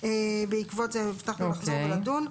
בעקבות זה הבטחנו לחזור ולדון.